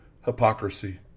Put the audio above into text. hypocrisy